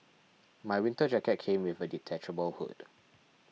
my winter jacket came with a detachable hood